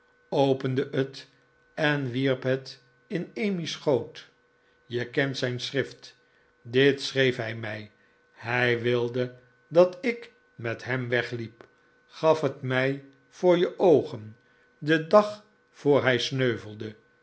opende het en wierp het in emmy's schoot je kent zijn schrift dit schreef hij mij hij wilde dat ik met hem wegliep gaf het mij voor je oogen den dag voor hij sneuvelde